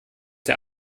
der